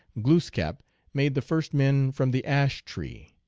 glooskap made the first men from the ash-tree.